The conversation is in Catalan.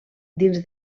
dins